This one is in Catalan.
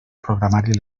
programari